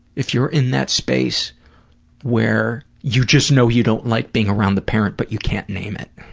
if you're in that space where you just know you don't like being around the parent but you can't name it?